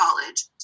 college